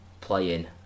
playing